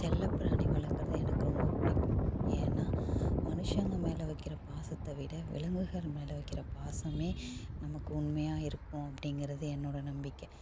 செல்லப் பிராணி வளர்க்குறது எனக்கு ரொம்பப் பிடிக்கும் ஏனால் மனுஷங்கள் மேல் வைக்கிற பாசத்தை விட விலங்குகள் மேல் வைக்கிற பாசமே நமக்கு உண்மையாய் இருக்கும் அப்படிங்கிறது என்னோடய நம்பிக்கை